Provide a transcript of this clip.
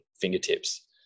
fingertips